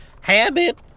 Habit